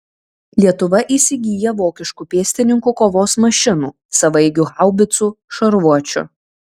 lietuva įsigyja vokiškų pėstininkų kovos mašinų savaeigių haubicų šarvuočių